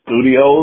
studios